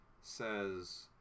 says